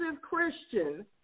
Christian